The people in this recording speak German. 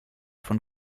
von